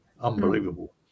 Unbelievable